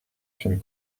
fume